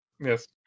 yes